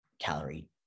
calorie